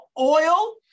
oil